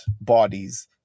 bodies